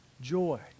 joy